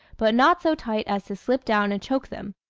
but not so tight as to slip down and choke them.